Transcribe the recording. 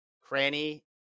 Cranny